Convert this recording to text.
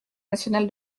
national